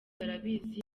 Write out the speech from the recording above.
barabizi